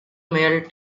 melted